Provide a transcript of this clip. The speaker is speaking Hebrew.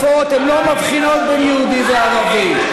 כשרקטות עפות, הן לא מבחינות בין יהודי לערבי.